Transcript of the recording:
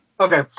okay